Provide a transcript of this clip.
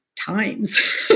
times